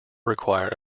require